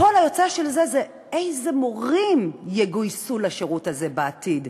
הפועל היוצא של זה הוא איזה מורים יגויסו לשירות הזה בעתיד,